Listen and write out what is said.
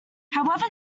however